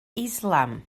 islam